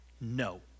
no